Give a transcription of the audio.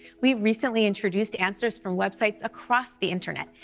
we recently introduced answers from websites across the internet,